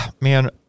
man—